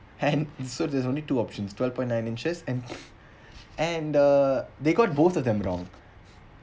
and so there's only two options twelve point nine inches and and the they got both of them wrong